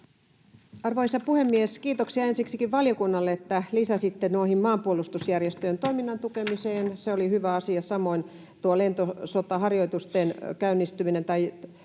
Arvoisa puhemies! Kiitoksia ensiksikin valiokunnalle, että lisäsitte maanpuolustusjärjestöjen toiminnan tukemiseen. Se oli hyvä asia. Samoin lentosotaharjoitukset